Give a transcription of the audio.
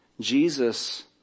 Jesus